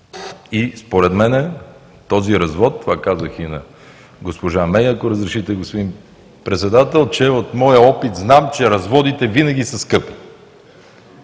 и според мен този развод, това казах и на госпожа Мей, ако разрешите, господин Председател, че от моя опит знам, че разводите винаги са скъпи